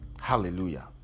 hallelujah